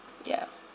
ya